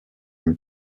une